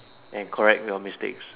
and correct your mistakes